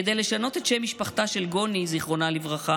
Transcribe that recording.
כדי לשנות את שם משפחתה של גוני ז"ל